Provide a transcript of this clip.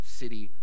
city